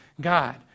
God